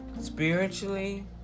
spiritually